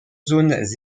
zones